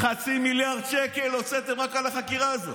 חצי מיליארד שקל הוצאתם רק על החקירה הזאת.